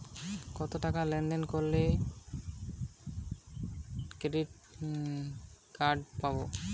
কতটাকা লেনদেন করলে ক্রেডিট কার্ড পাব?